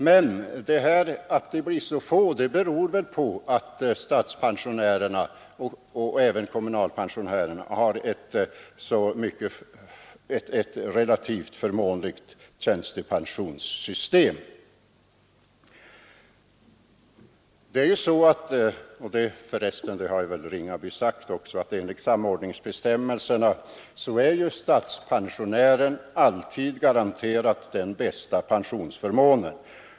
Men att det blir så få beror väl också på att staten och kommunerna har ett relativt förmånligt tjänstepensionssystem. Och enligt samordningsbestämmelserna är statspensionären alltid garanterad den bästa pensionsförmånen.